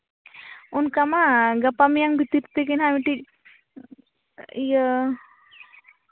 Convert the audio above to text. ᱚᱱᱠᱟ ᱢᱟ ᱜᱟᱯᱟ ᱢᱮᱭᱟᱝ ᱵᱷᱤᱛᱤᱨ ᱛᱮᱜᱮ ᱦᱟᱸᱜ ᱢᱤᱫᱴᱤᱡ ᱤᱭᱟᱹ